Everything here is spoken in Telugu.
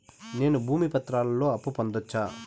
నేను భూమి పత్రాలతో అప్పు పొందొచ్చా?